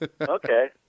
Okay